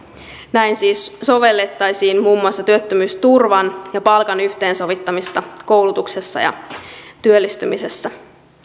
näin siis sovellettaisiin muun muassa työttömyysturvan ja palkan yhteensovittamista koulutuksessa ja työllistymisessä